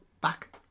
back